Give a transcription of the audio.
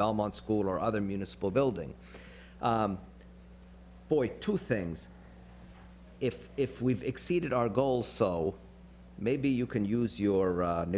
belmont school or other municipal building boy two things if if we've exceeded our goal so maybe you can use your